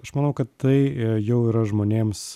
aš manau kad tai jau yra žmonėms